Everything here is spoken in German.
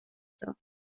dar